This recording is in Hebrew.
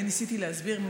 ניסיתי להסביר,